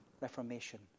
Reformation